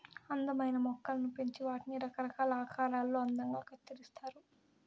అందమైన మొక్కలను పెంచి వాటిని రకరకాల ఆకారాలలో అందంగా కత్తిరిస్తారు